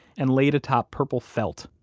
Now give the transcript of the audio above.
and laid atop purple felt,